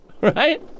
right